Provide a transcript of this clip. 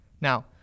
now